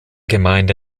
gemeinde